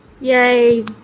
Yay